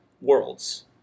Worlds